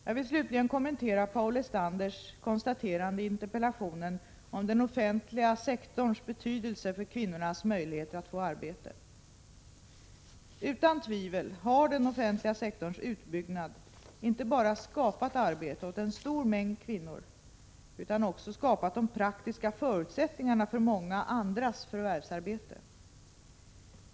Jag vill slutligen kommentera Paul Lestanders konstaterande i interpellationen av den offentliga sektorns betydelse för kvinnornas möjligheter att få arbete. Utan tvivel har den offentliga sektorns utbyggnad inte bara skapat arbete åt en stor mängd kvinnor utan också skapat de praktiska förutsättningarna för många andras förvärvsarbete.